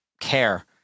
care